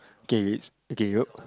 okay it's okay yup